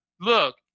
look